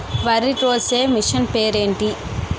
వరి కోసే మిషన్ పేరు ఏంటి